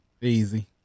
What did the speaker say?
easy